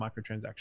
microtransactions